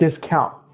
discount